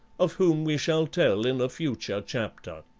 of whom we shall tell in a future chapter.